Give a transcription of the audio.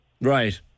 Right